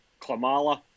Klamala